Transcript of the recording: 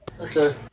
Okay